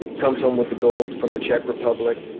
comes home with the gold from the czech republic.